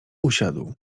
usiadł